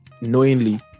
knowingly